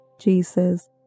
Jesus